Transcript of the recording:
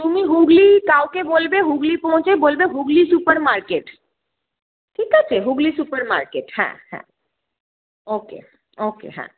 তুমি হুগলি কাউকে বলবে হুগলি পৌঁছে বলবে হুগলি সুপারমার্কেট ঠিক আছে হুগলি সুপারমার্কেট হ্যাঁ হ্যাঁ ওকে ওকে হ্যাঁ